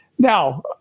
Now